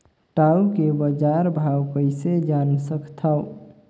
टाऊ के बजार भाव कइसे जान सकथव?